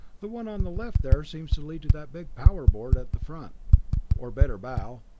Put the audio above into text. the one on the left there seems to lead to that big power board at the front or better, bow.